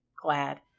Glad